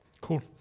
Cool